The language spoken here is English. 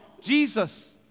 Jesus